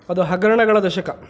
ಅದು ಹಗರಣಗಳ ದಶಕ